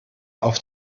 auf